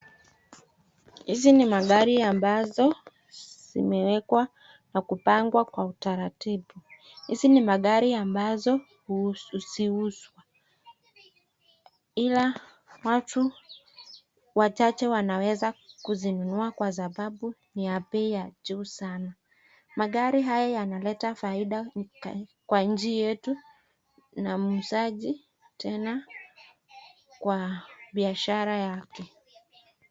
Hizi ni magari ambazo zimewekwa na kupangwa kwa utaratibu. Hizi ni magari ambazo huuzwa ila watu wachache wanaweza kuzinunua kwa sababu ni ya bei ya juu sana. Magari haya yanaleta faida kwa nchi yetu na muuzaji tena kwa biashara yake.